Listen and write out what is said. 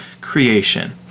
creation